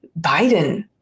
Biden